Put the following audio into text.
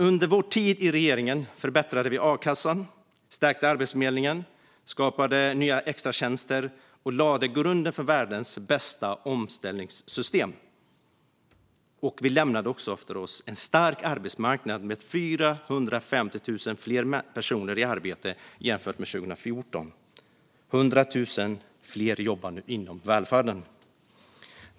Under vår tid i regeringen förbättrade vi a-kassan, stärkte Arbetsförmedlingen, skapade nya extratjänster och lade grunden för världens bästa omställningssystem. Vi lämnade också efter oss en stark arbetsmarknad med 450 000 fler personer i arbete jämfört med 2014. Det är 100 000 fler som nu jobbar inom välfärden.